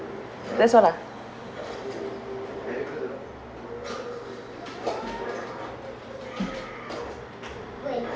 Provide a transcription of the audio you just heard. that's all ah